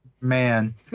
man